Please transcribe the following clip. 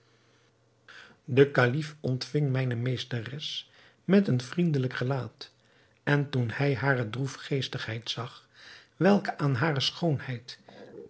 de kalif ontving mijne meesteres met een vriendelijk gelaat en toen hij hare droefgeestigheid zag welke aan hare schoonheid